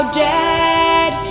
dead